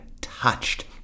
touched